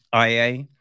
IA